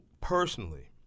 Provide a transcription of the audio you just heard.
Personally